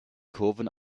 kurven